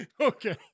Okay